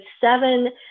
seven